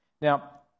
Now